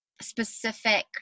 specific